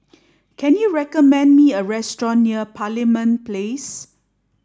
can you recommend me a restaurant near Parliament Place